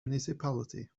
municipality